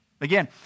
Again